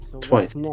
Twice